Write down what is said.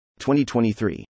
2023